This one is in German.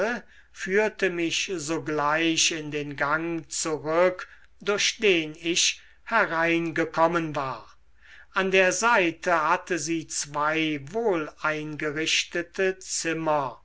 führte mich sogleich in den gang zurück durch den ich hereingekommen war an der seite hatte sie zwei wohleingerichtete zimmer